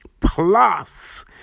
Plus